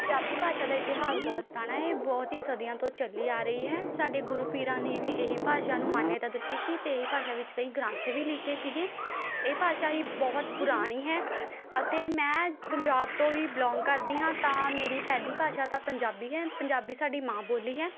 ਪੰਜਾਬੀ ਭਾਸ਼ਾ ਦਾ ਇਤਿਹਾਸ ਬਹੁਤ ਪੁਰਾਣਾ ਹੈ ਇਹ ਬਹੁਤ ਹੀ ਸਦੀਆਂ ਤੋਂ ਚੱਲੀ ਆ ਰਹੀ ਹੈ ਸਾਡੇ ਗੁਰੂ ਪੀਰਾਂ ਨੇ ਵੀ ਇਹੀ ਭਾਸ਼ਾ ਨੂੰ ਮਾਨਿਅਤਾ ਦਿੱਤੀ ਸੀ ਅਤੇ ਇਹੀ ਭਾਸ਼ਾ ਵਿੱਚ ਕਈ ਗ੍ਰੰਥ ਵੀ ਲਿਖੇ ਸੀਗੇ ਇਹ ਭਾਸ਼ਾ ਹੀ ਬਹੁਤ ਪੁਰਾਣੀ ਹੈ ਅਤੇ ਮੈਂ ਪੰਜਾਬ ਤੋਂ ਹੀ ਬਿਲੋਂਗ ਕਰਦੀ ਹਾਂ ਤਾਂ ਮੇਰੀ ਪਹਿਲੀ ਭਾਸ਼ਾ ਤਾਂ ਪੰਜਾਬੀ ਹੈ ਪੰਜਾਬੀ ਸਾਡੀ ਮਾਂ ਬੋਲੀ ਹੈ